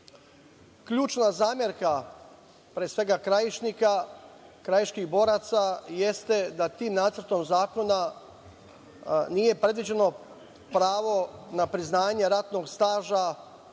Krajine. Ključna zamerka, pre svega, Krajišnika, krajiških boraca jeste da tim nacrtom zakona nije predviđeno pravo na priznanje ratnog staža